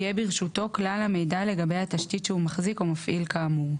יהיה ברשותו כלל המידע לגבי התשתית שהוא מחזיק או מפעיל כאמור,